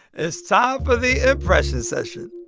it's time for the impression session